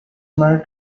married